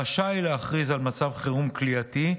רשאי להכריז על מצב חירום כליאתי,